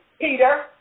Peter